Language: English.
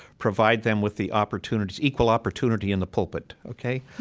provide them with the opportunity equal opportunity in the pulpit. ok?